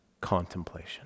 contemplation